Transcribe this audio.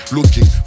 Looking